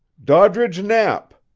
doddridge knapp,